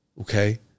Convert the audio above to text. okay